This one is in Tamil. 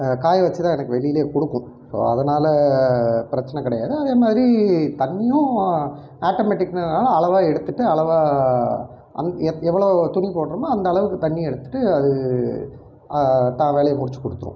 காய வச்சு தான் எனக்கு வெளியில் கொடுக்கும் ஸோ அதனால் பிரச்சனை கிடையாது அதே மாதிரி தண்ணியும் ஆட்டோமெட்டிக்குங்கிறனால் அளவாக எடுத்துட்டு அளவாக அந் எத் எவ்வளோ துணி போடுகிறோமோ அந்த அளவுக்கு தண்ணி எடுத்துட்டு அது தான் வேலையை முடித்து கொடுத்துரும்